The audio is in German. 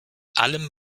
allem